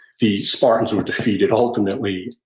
the spartans were defeated ultimately,